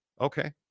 Okay